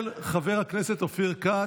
של חבר הכנסת אופיר כץ.